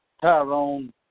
Tyrone